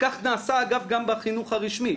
וכך נעשה אגב גם בחינוך הרשמי,